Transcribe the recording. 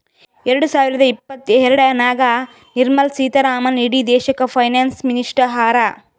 ಎರಡ ಸಾವಿರದ ಇಪ್ಪತ್ತಎರಡನಾಗ್ ನಿರ್ಮಲಾ ಸೀತಾರಾಮನ್ ಇಡೀ ದೇಶಕ್ಕ ಫೈನಾನ್ಸ್ ಮಿನಿಸ್ಟರ್ ಹರಾ